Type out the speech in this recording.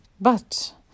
But